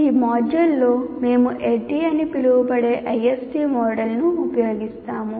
ఈ మాడ్యూల్లో మేము ADDIE అని పిలువబడే ISD మోడల్ను ఉపయోగిస్తాము